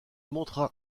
montra